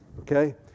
Okay